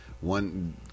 One